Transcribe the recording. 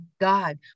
God